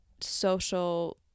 social